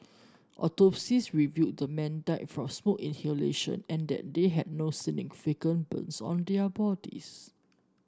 autopsies revealed the men died from smoke inhalation and that they had no significant burns on their bodies